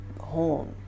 home